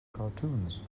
cartoons